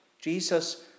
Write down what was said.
Jesus